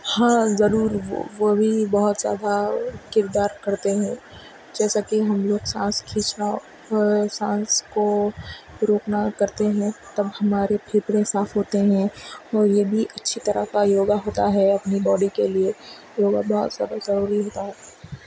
ہاں ضرور وہ وہ بھی بہت زیادہ کردار کرتے ہیں جیساکہ ہم لوگ سانس کھینچنا سانس کو روکنا کرتے ہیں تب ہمارے پھیپھڑے صاف ہوتے ہیں اور یہ بھی اچھی طرح کا یوگا ہوتا ہے اپنی باڈی کے لیے یوگا بہت سارا ضروری ہوتا ہے